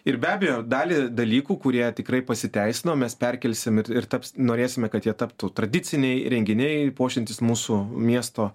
ir be abejo dalį dalykų kurie tikrai pasiteisino mes perkelsim ir taps norėsime kad jie taptų tradiciniai renginiai puošiantys mūsų miesto